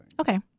Okay